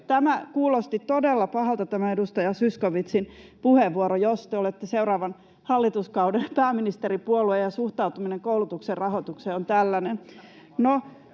tämä edustaja Zyskowiczin puheenvuoro, jos te olette seuraavan hallituskauden pääministeripuolue ja suhtautuminen koulutuksen rahoitukseen on tällainen.